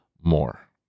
more